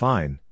Fine